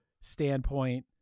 standpoint